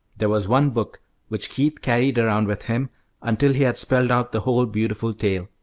there was one book which keith carried around with him until he had spelled out the whole beautiful tale.